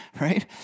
right